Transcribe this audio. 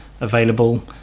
available